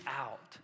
out